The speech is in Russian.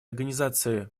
организации